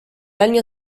año